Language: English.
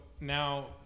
now